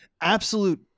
absolute